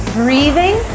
breathing